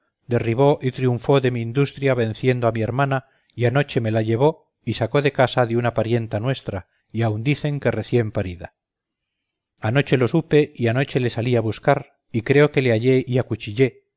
derribó y triunfo de mi industria venciendo a mi hermana y anoche me la llevó y sacó de casa de una parienta nuestra y aun dicen que recién parida anoche lo supe y anoche le salí a buscar y creo que le hallé y acuchillé